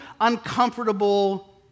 uncomfortable